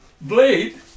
blade